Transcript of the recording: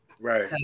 Right